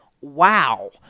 wow